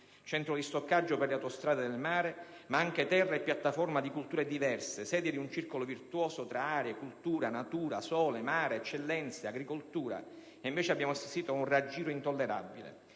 centro di stoccaggio per le autostrade del mare, ma anche terra e piattaforma di culture diverse, sede di un circolo virtuoso tra arte, cultura, natura, sole, mare, eccellenze e agricoltura. Abbiamo, invece, assistito ad un raggiro intollerabile.